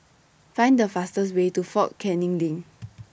Find The fastest Way to Fort Canning LINK